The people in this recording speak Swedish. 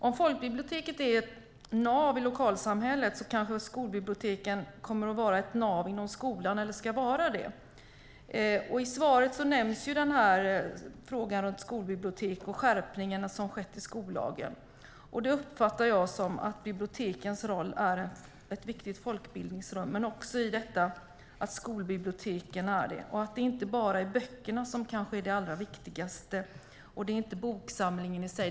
Om folkbiblioteket är ett nav i samhället kanske skolbiblioteken kommer att vara ett nav inom skolan, eller ska vara det. I svaret nämns frågan om skolbibliotek och skärpningarna som skett i skollagen. Det uppfattar jag som att bibliotekens roll är att vara ett viktigt folkbildningsrum, och i detta också att skolbiblioteken är det. Det är inte bara böckerna som kanske är det allra viktigaste, och det är inte boksamlingen i sig.